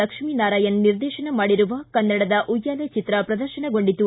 ಲಕ್ಷ್ಮೀನಾರಾಯಣ್ ನಿರ್ದೇಶನ ಮಾಡಿರುವ ಕನ್ನಡದ ಉಯ್ಕಾಲೆ ಚಿತ್ರ ಪ್ರದರ್ಶನಗೊಂಡಿತು